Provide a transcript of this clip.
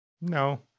No